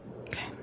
Okay